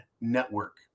Network